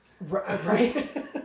Right